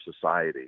society